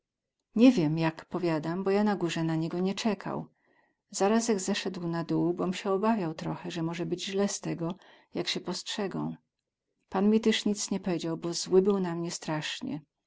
nie wiem jak powiadam bo ja na górze na niego nie cekał zaraz ech zeseł na dół bom sie i obawiał trochę ze moze być źle z tego jak sie postrzegą pan mi tyz nic nie pedział bo zły był na mnie straśnie